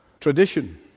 tradition